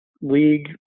league